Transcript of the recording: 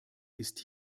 ist